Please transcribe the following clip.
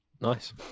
Nice